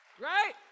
Right